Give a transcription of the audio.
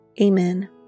Amen